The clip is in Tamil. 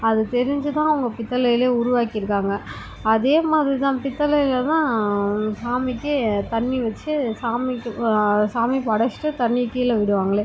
அது தெரிஞ்சிதான் அவங்க பித்தளையிலே உருவாக்கிருக்காங்க அதே மாதிரி தான் பித்தளையில் தான் சாமிகே தண்ணி வச்சி சாமிக்கு சாமி படச்சிட்டு தண்ணியை கிழேவிடுவாங்களே